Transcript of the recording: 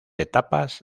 etapas